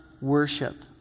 worship